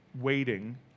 waiting